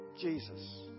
Jesus